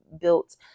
built